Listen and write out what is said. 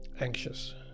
anxious